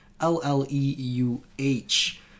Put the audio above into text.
L-L-E-U-H